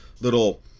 little